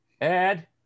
ed